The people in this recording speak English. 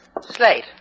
Slate